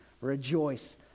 rejoice